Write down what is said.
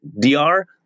DR